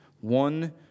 One